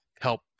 help